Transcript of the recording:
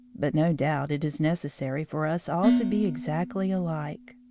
but no doubt it is necessary for us all to be exactly alike.